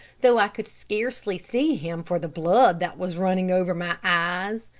though i could scarcely see him for the blood that was running over my eyes.